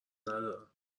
ندارم